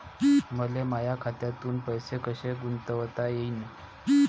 मले माया खात्यातून पैसे कसे गुंतवता येईन?